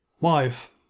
Life